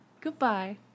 Goodbye